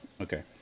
okay